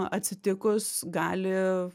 atsitikus gali